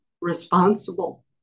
responsible